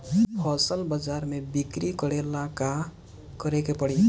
फसल बाजार मे बिक्री करेला का करेके परी?